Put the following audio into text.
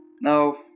No